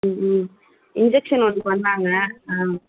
ம்ஹூ இன்ஜக்ஷன் ஒன்று பண்ணிணாங்க ஆ